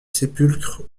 sépulcre